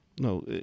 No